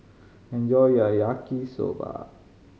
enjoy your Yaki Soba